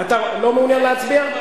אתה לא מעוניין להצביע?